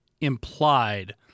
implied